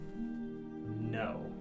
No